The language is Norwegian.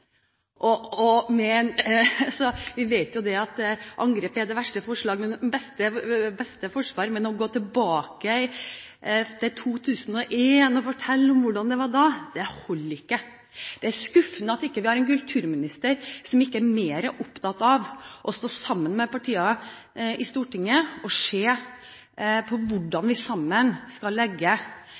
Vi vet at angrep er det beste forsvar, men å gå tilbake til 2001 og fortelle om hvordan det var da, holder ikke. Det er skuffende at vi har en kulturminister som ikke er mer opptatt av å stå sammen med partiene i Stortinget og se på hvordan vi sammen skal legge